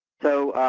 so,